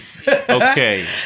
Okay